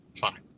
Fine